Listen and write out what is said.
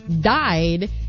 died